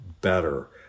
better